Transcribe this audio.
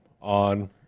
on